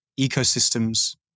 ecosystems